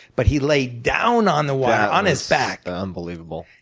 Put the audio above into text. but he laid down on the wire on his back. unbelievable.